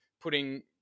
putting